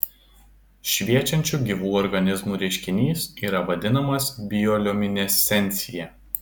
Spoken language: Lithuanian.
šviečiančių gyvų organizmų reiškinys yra vadinamas bioliuminescencija